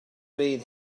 been